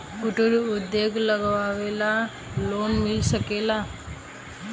कुटिर उद्योग लगवेला लोन मिल सकेला?